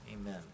Amen